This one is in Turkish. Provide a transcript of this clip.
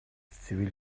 sivil